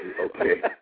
Okay